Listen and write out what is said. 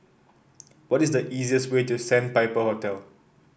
what is the easiest way to Sandpiper Hotel